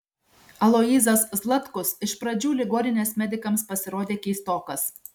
aloyzas zlatkus iš pradžių ligoninės medikams pasirodė keistokas